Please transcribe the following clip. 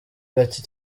gake